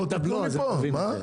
אתם גובים, מפה, תנו מפה.